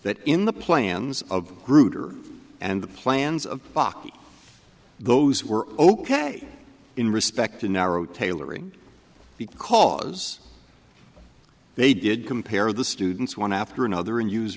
that in the plans of groot or and the plans of buckie those were ok in respect to narrow tailoring because they did compare the students one after another and use